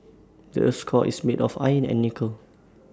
the Earth's core is made of iron and nickel